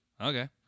Okay